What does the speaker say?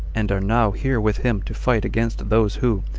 and are now here with him to fight against those who,